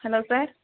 hello sir